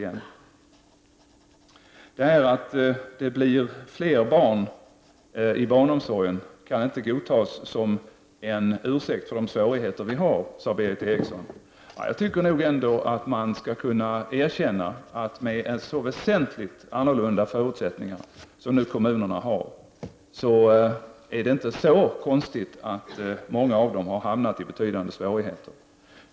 Att det blir fler barn i barnomsorgen kan inte godtas som ursäkt för de svårigheter som vi har, sade Berith Eriksson. Jag tycker nog att man skall kunna erkänna att med så väsentligt annorlunda förutsättningar som kommunerna har är det inte så konstigt att många av dem hamnar i betydande svårigheter.